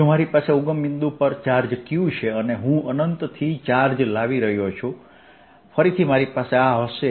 જો મારી પાસે ઉગમ બિંદુ પર ચાર્જ q છે અને હું અનંતથી ચાર્જ લાવી રહ્યો છું ફરીથી મારી પાસે આ હશે